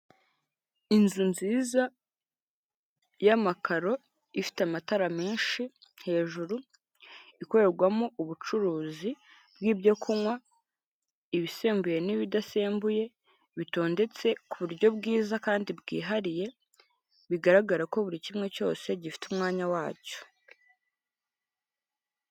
Inzu nziza y'amakaro ifite amatara menshi hejuru, ikorerwamo ubucuruza nk'ibyo kunywa, ibesembuye n'ibidasembuye bitondetse ku buryo bwiza kandi bwihariye bigaragara ko buri kimwe cyose gifite umwanya wacyo.